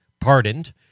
pardoned